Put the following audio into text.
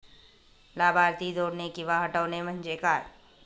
लाभार्थी जोडणे किंवा हटवणे, म्हणजे काय?